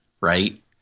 right